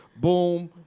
boom